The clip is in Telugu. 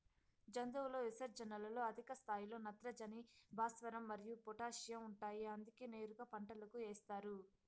జంతువుల విసర్జనలలో అధిక స్థాయిలో నత్రజని, భాస్వరం మరియు పొటాషియం ఉంటాయి అందుకే నేరుగా పంటలకు ఏస్తారు